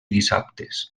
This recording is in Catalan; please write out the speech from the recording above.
dissabtes